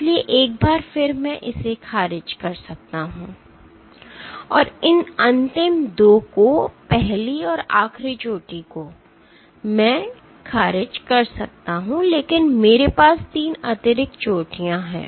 इसलिए एक बार फिर मैं इसे खारिज कर सकता हूं और इन अंतिम 2 को पहली और आखिरी चोटी को मैं खारिज कर सकता हूं लेकिन मेरे पास 3 अतिरिक्त चोटियां हैं